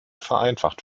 vereinfacht